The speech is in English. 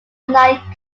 night